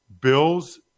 Bills